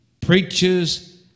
preachers